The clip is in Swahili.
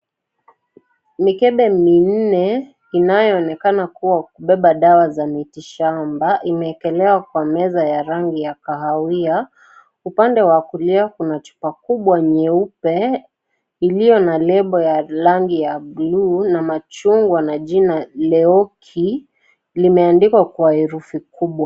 Mikebe mine inayoonekana kuwa kubeba dawa za miti shamba imekelewa kwa meza ya rangi ya kahawia. Upande wa kulia kuna chupa kubwa nyeupe ilio na lebo ya rangi ya (cs) blue (cs) na machungwa na jina leoki limeandikwa kwa herufi kubwa.